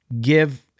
give